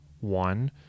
One